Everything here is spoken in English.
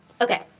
Okay